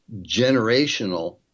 generational